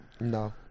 No